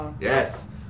Yes